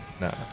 No